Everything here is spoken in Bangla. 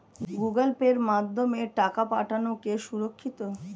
গুগোল পের মাধ্যমে টাকা পাঠানোকে সুরক্ষিত?